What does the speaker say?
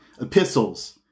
epistles